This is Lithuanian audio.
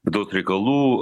daug reikalų